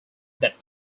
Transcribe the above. that